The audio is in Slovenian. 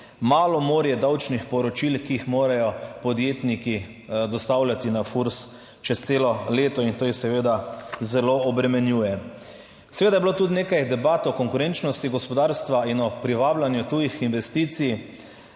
malo morje davčnih poročil, ki jih morajo podjetniki dostavljati na Furs čez celo leto in to jih seveda zelo obremenjuje. Seveda je bilo tudi nekaj debat o konkurenčnosti gospodarstva in o privabljanju tujih investicij.